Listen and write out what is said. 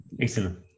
Excellent